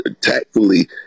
tactfully